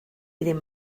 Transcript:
ddim